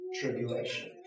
tribulation